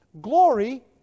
Glory